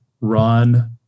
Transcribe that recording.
run